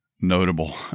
notable